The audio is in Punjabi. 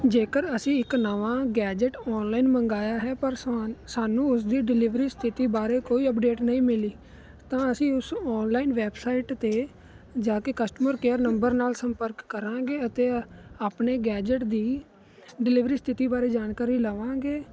ਜੇਕਰ ਅਸੀਂ ਇੱਕ ਨਵਾਂ ਗੈਜਿਟ ਔਨਲਾਈਨ ਮੰਗਾਇਆ ਹੈ ਪਰ ਸਾ ਸਾਨੂੰ ਉਸ ਦੀ ਡਲਿਵਰੀ ਸਥਿਤੀ ਬਾਰੇ ਕੋਈ ਅਪਡੇਟ ਨਹੀਂ ਮਿਲੀ ਤਾਂ ਅਸੀਂ ਉਸ ਔਨਲਾਈਨ ਵੈਬਸਾਈਟ 'ਤੇ ਜਾ ਕੇ ਕਸਟਮਰ ਕੇਅਰ ਨੰਬਰ ਨਾਲ ਸੰਪਰਕ ਕਰਾਂਗੇ ਅਤੇ ਆਪਣੇ ਗੈਜਿਟ ਦੀ ਡਲਿਵਰੀ ਸਥਿਤੀ ਬਾਰੇ ਜਾਣਕਾਰੀ ਲਵਾਂਗੇ